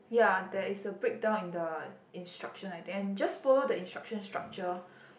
ya there is a breakdown in the instruction I think and just follow the instruction structure